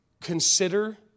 Consider